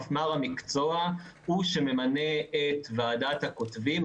מפמ"ר המקצוע הוא שממנה את ועדת הכותבים,